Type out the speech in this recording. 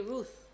Ruth